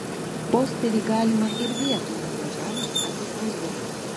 posterį galima ir vietoj nuvažiavus atsispausdint